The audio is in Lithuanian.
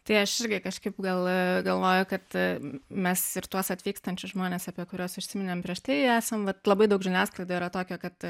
tai aš irgi kažkaip gal galvoju kad mes ir tuos atvykstančius žmones apie kuriuos užsiminėm prieš tai esam bet labai daug žiniasklaida yra tokia kad